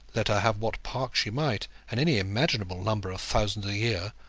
let her have what park she might, and any imaginable number of thousands a year,